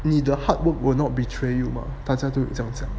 你的 hard work will not betray you mah 大家都这样子讲